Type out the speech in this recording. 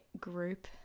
group